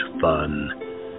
fun